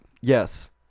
yes